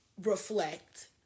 reflect